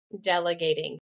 Delegating